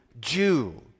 Jew